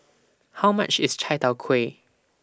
How much IS Chai Tow Kway